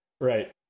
Right